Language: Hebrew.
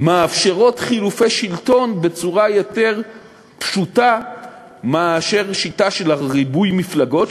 מאפשרות חילופי שלטון בצורה יותר פשוטה משיטה של ריבוי מפלגות,